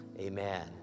Amen